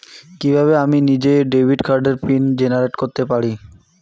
কিভাবে আমি নিজেই ডেবিট কার্ডের পিন জেনারেট করতে পারি?